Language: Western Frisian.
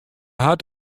hat